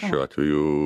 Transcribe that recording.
šiuo atveju